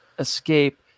escape